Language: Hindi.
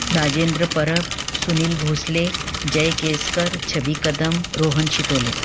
राजेन्द्र परब सुनील भोसले जय केसकर छवि कदम रोहन छितौले